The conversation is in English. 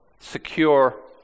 secure